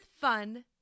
fun